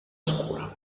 scura